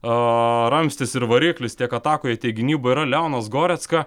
a ramstis ir variklis tiek atakoje tiek gynyboje yra leonas goretska